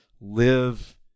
live